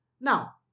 Now